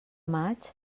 maig